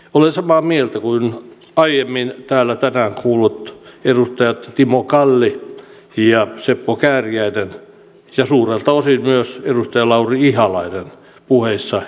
olen samaa mieltä kuin aiemmin täällä tänään kuullut edustajat timo kalli ja seppo kääriäinen ja suurelta osin myös edustaja lauri ihalainen puheissa edustivat